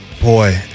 Boy